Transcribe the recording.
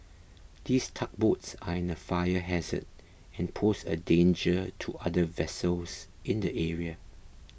these tugboats are a fire hazard and pose a danger to other vessels in the area